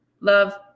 love